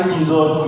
Jesus